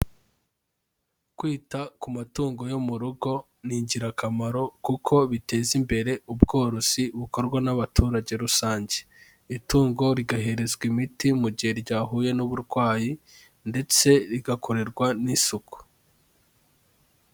Kwita ku matungo yo mu rugo ni ingirakamaro, kuko biteza imbere ubworozi bukorwa n'abaturage rusange, itungo rigaherezwa imiti mu gihe ryahuye n'uburwayi, ndetse rigakorerwa n'isuku.